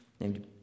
named